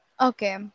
Okay